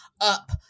up